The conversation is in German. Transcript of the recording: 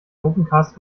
opencast